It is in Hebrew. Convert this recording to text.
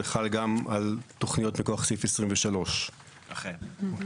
זה חל גם על תוכניות מכוח סעיף 23. אכן.